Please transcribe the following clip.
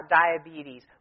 diabetes